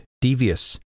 Devious